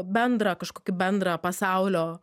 bendrą kažkokį bendrą pasaulio